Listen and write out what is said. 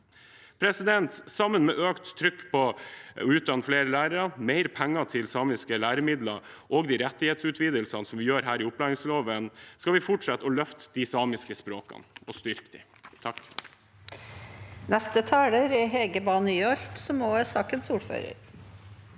snu det. Sammen med økt trykk på å utdanne flere lærere, mer penger til samiske læremidler og de rettighetsutvidelsene vi gjør her i opplæringsloven, skal vi fortsette å løfte og styrke de samiske språkene. Hege Bae